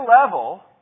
level